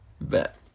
Bet